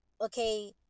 okay